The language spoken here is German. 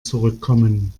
zurückkommen